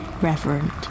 reverent